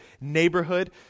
neighborhood